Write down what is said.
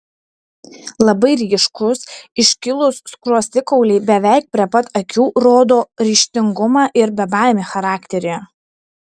labai ryškūs iškilūs skruostikauliai beveik prie pat akių rodo ryžtingumą ir bebaimį charakterį